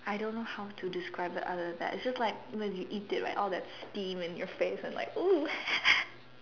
I don't know how to describe the other than that it's just like when you eat it right all that steam in your face like !woo!